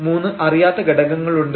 മൂന്ന് അറിയാത്ത ഘടകങ്ങളുണ്ട്